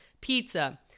pizza